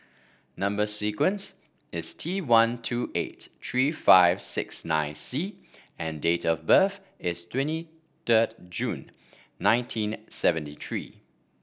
number sequence is T one two eight three five six nine C and date of birth is twenty third June nineteen seventy three